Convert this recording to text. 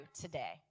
today